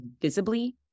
visibly